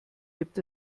gibt